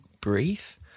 brief